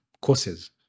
courses